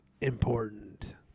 important